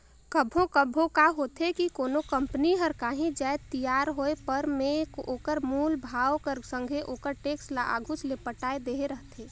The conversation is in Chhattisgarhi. कभों कभों का होथे कि कोनो कंपनी हर कांही जाएत तियार होय पर में ओकर मूल भाव कर संघे ओकर टेक्स ल आघुच ले पटाए देहे रहथे